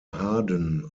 harden